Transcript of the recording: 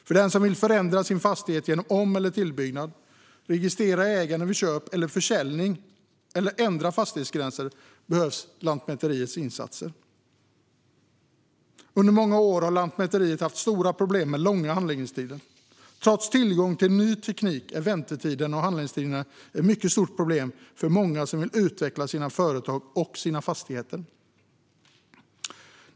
För den som vill förändra sin fastighet genom om eller tillbyggnad, registrera ägande vid köp eller försäljning eller ändra fastighetsgränser behövs Lantmäteriets insatser. Under många år har Lantmäteriet haft stora problem med långa handläggningstider. Trots tillgång till ny teknik är väntetider och handläggningstider ett mycket stort problem för många som vill utveckla sina företag och sina fastigheter.